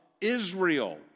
Israel